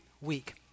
week